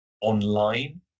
online